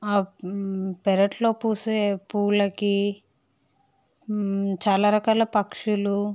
పెరట్లో పూసే పూలకి చాలా రకాల పక్షులు